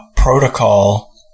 protocol